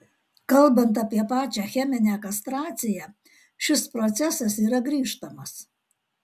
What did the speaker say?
kalbant apie pačią cheminę kastraciją šis procesas yra grįžtamas